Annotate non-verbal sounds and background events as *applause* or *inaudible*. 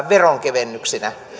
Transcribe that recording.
*unintelligible* veronkevennyksinä